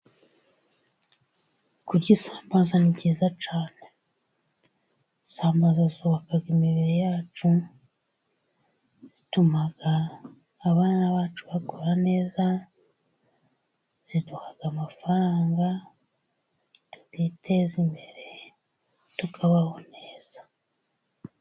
Kurya isambaza ni byiza cyane. Isambaza zubaka imibiri yacu, zituma abana bacu bakura neza, ziduha amafaranga tukiteza imbere tukabaho neza.